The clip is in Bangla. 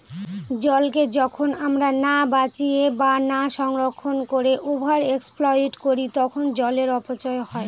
জলকে যখন আমরা না বাঁচিয়ে বা না সংরক্ষণ করে ওভার এক্সপ্লইট করি তখন জলের অপচয় হয়